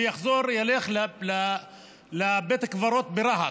ויחזור וילך לבית הקברות ברהט,